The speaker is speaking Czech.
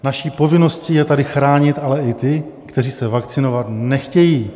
Naší povinností je tady chránit ale i ty, kteří se vakcinovat nechtějí.